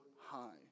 high